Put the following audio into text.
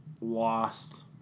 lost